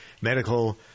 medical